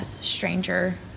stranger